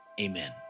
Amen